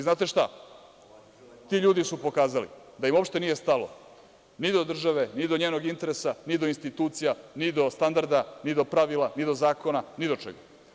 Znate šta, ti ljudi su pokazali da im uopšte nije stalo ni do države, n i do njenog interesa, ni do institucija, ni do standarda, ni do pravila, ni do zakona, ni do čega.